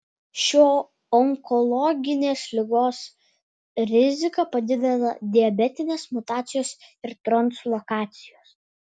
šio onkologinės ligos riziką padidina diabetinės mutacijos ir translokacijos